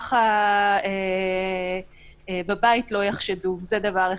כך שאנשים לא יצטרכו להיחשף בשלב שהם עוד לא מוכנים להיחשף.